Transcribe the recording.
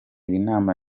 inama